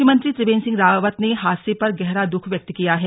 मुख्यमंत्री त्रिवेन्द्र सिंह रावत ने हादसे पर गहरा दुख व्यक्त किया है